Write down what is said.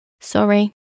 sorry